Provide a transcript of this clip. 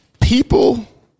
People